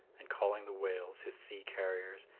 and calling the whales, his sea carriers,